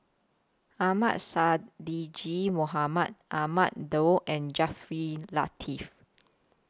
Ahmad Sonhadji Mohamad Ahmad Daud and Jaafar Latiff